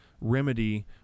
remedy